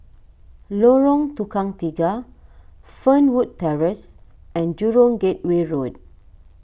Lorong Tukang Tiga Fernwood Terrace and Jurong Gateway Road